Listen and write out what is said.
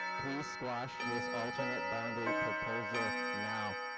squash this alternate boundary proposed. now.